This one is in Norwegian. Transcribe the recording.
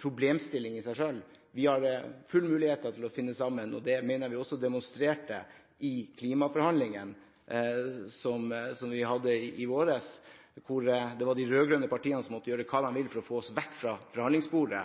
problemstilling i seg selv. Vi har gode muligheter til å finne sammen, og det mener jeg at vi også demonstrerte i klimaforhandlingene som vi hadde i vår, hvor det var de rød-grønne partiene som måtte gjøre det de kunne for å få oss vekk fra